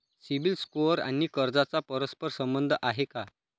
CIBIL score आणि कर्जाचा परस्पर संबंध आहे का?